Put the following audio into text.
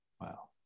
Wow